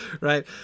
right